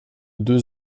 deux